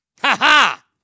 Ha-ha